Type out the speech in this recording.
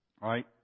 right